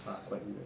but quite weird